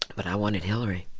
but i wanted hillary